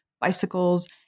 bicycles